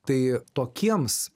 tai tokiems